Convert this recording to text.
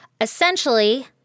Essentially